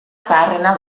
zaharrena